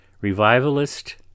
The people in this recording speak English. revivalist